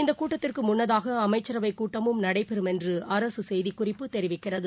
இந்தகூட்டத்திற்குமுன்னதாக அமைச்சரவைக் கூட்டமும் நடைபெறும் என்றுஅரசுசெய்திக்குறிப்பு தெரிவிக்கிறது